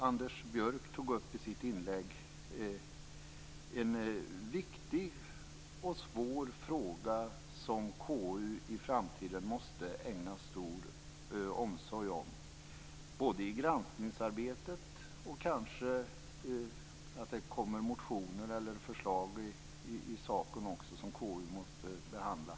Anders Björck tog i sitt inlägg upp en viktig och svår fråga som KU i framtiden måste ägna stor omsorg i sitt granskningsarbete och det kan också komma motioner eller andra förslag i sak som KU måste behandla.